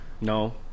No